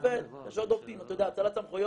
עובד, יש עוד עובדים, אתה יודע, האצלת סמכויות.